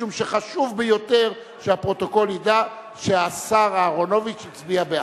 משום שחשוב ביותר שהפרוטוקול ידע שהשר אהרונוביץ הצביע בעד.